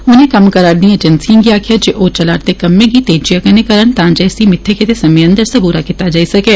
उनें कम्म करा रदिएं एजेंसिएं गी आक्खेआ जे ओह् चला रदे कम्में गी तेजिया कन्नै करन तां जे इसी मित्थे गेदे समय अंदर पूरा कीता जाई सकै